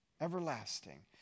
everlasting